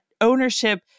ownership